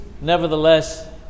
nevertheless